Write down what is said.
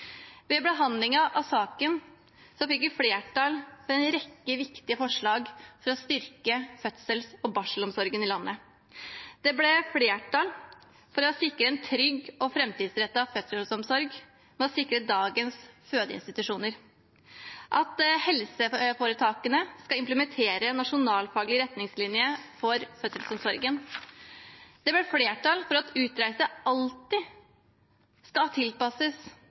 Ved behandlingen av saken fikk vi flertall for en rekke viktige forslag for å styrke fødsels- og barselomsorgen i landet. Det ble flertall for å sikre en trygg og framtidsrettet fødselsomsorg ved å sikre dagens fødeinstitusjoner, og at helseforetakene skal implementere Nasjonal faglig retningslinje for fødselsomsorgen. Det ble flertall for at utreise alltid skal tilpasses